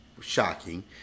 Shocking